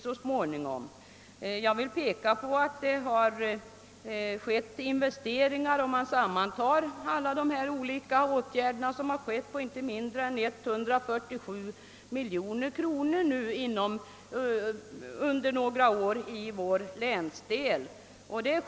Investeringar har nu under några år gjorts på tillsammans inte mindre än 147 miljoner kronor i vår länsdel.